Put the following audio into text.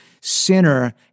sinner